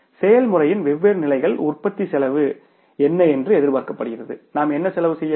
செயல்முறையின் வெவ்வேறு நிலைகளில் உற்பத்தி செலவு என்ன என்று எதிர்பார்க்கப்படுகிறது நாம் என்ன செலவு செய்ய வேண்டும்